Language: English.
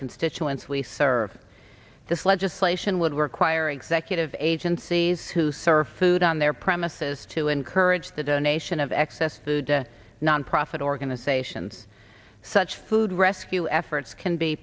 constituents we serve this legislation would require executive agencies who serve food on their premises to encourage the donation of excess food to nonprofit organizations such food rescue efforts can be